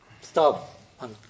stop